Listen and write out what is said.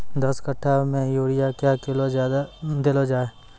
दस कट्ठा मे यूरिया क्या किलो देलो जाय?